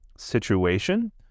situation